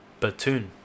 Batoon